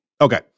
Okay